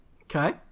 Okay